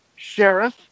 Sheriff